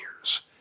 years